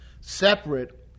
separate